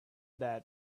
that